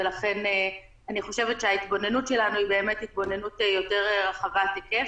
ולכן אני חושב שההתבוננות שלנו היא באמת התבוננות יותר רחבת היקף.